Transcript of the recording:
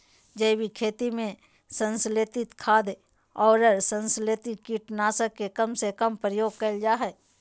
जैविक खेती में संश्लेषित खाद, अउर संस्लेषित कीट नाशक के कम से कम प्रयोग करल जा हई